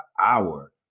hour